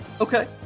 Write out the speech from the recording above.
okay